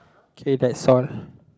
okay that's all